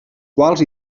quals